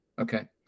Okay